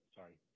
sorry